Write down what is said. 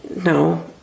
no